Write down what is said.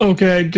Okay